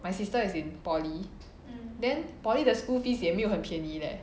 my sister is in poly then poly the school fees 也没有很便宜 leh